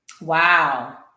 Wow